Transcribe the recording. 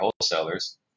wholesalers